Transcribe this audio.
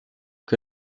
que